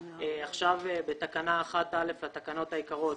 (2)בתקנה 1א לתקנות העיקריות,